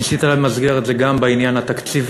ניסית למסגר את זה גם בעניין התקציבי,